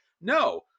No